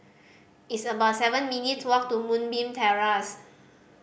it's about seven minutes' walk to Moonbeam Terrace